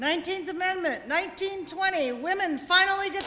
nineteenth amendment nineteen twenty women finally